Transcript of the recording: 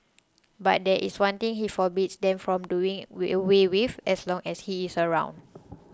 but there is one thing he forbids them from doing we away with as long as he is around